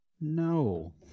No